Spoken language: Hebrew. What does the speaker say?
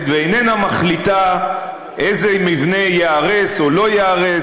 ואיננה מחליטה איזה מבנה ייהרס או לא ייהרס.